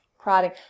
prodding